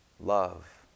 love